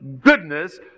goodness